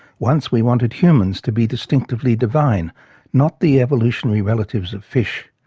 once we wanted humans to be distinctively divine not the evolutionary relatives of fish.